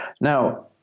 Now